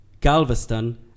galveston